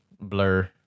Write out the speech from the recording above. blur